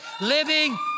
living